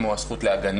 כמו: הזכות להגנה,